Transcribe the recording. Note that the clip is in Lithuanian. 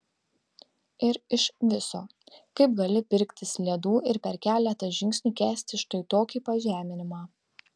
ir iš viso kaip gali pirktis ledų ir per keletą žingsnių kęsti štai tokį pažeminimą